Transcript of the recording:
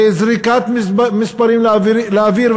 זה זריקת מספרים לאוויר,